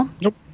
Nope